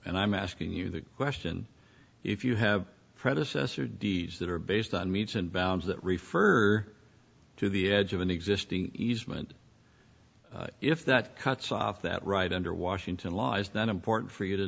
and i'm asking you that question if you have predecessor deeds that are based on meets and bounds that refer to the edge of an existing easement if that cuts off that right under washington laws then important for you to